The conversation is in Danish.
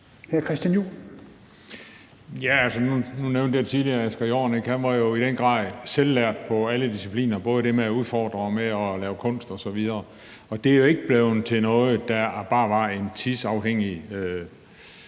Juhl (EL): Nu nævnte jeg tidligere Asger Jorn, og han var i den grad selvlært i alle discipliner, både med hensyn til det med at udfordre og det med at lave kunst osv., og det er jo ikke blevet til noget, der bare var en tidsafhængig